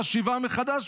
חשיבה מחדש?